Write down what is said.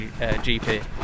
GP